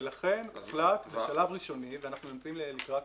לכן הוחלט בשלב ראשוני ואנחנו נמצאים כבר לקראת